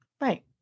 Right